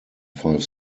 five